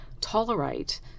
tolerate